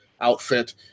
outfit